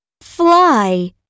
fly